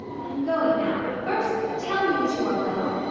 i am going now, but first tell me that you are well.